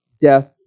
death